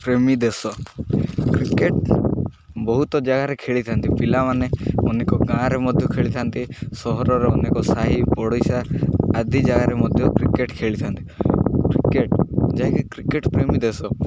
ପ୍ରେମୀ ଦେଶ କ୍ରିକେଟ ବହୁତ ଜାଗାରେ ଖେଳିଥାନ୍ତି ପିଲାମାନେ ଅନେକ ଗାଁରେ ମଧ୍ୟ ଖେଳିଥାନ୍ତି ସହରରେ ଅନେକ ସାହି ପଡ଼ିଶା ଆଦି ଜାଗାରେ ମଧ୍ୟ କ୍ରିକେଟ ଖେଳିଥାନ୍ତି କ୍ରିକେଟ ଯାହାକି କ୍ରିକେଟ ପ୍ରେମୀ ଦେଶ